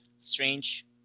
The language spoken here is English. Strange